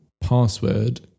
password